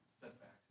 setbacks